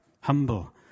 humble